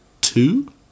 two